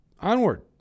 onward